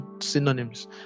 synonyms